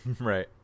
Right